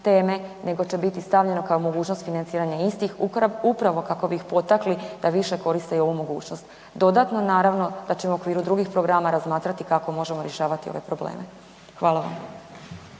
nego će biti stavljeno kao mogućnost financiranja istih upravo kako bi ih potakli da više koriste i ovu mogućnost. Dodatno, naravno da ćemo u okviru drugih programa razmatrati kako možemo rješavati ove probleme. Hvala vam.